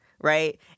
right